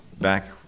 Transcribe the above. back